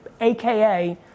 AKA